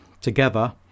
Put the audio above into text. together